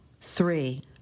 three